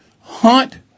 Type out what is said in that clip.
Hunt